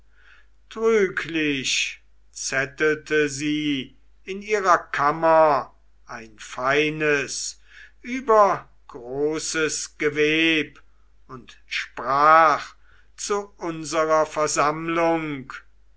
trüglich zettelte sie in ihrer kammer ein feines übergroßes geweb und sprach zu unsrer versammlung